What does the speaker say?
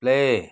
play